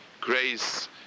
grace